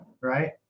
right